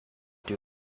due